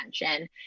attention